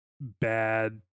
bad